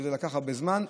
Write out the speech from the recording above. וזה לקח הרבה זמן.